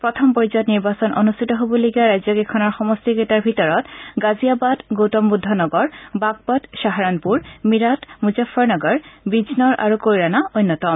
প্ৰথম পৰ্যায়ত নিৰ্বাচন অনুষ্ঠিত হ'বলগীয়া ৰাজ্যকেইখনৰ সমষ্টিকেইটাৰ বিতৰত গাজিয়াবাদ গৌতম বুদ্ধ নগৰ বাগপট খাহাৰণপূৰ মিৰাট মুজফ্ফৰনগৰ বিজনৰ আৰু কৈৰাণা অন্যতম